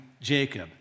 Jacob